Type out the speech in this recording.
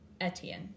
Etienne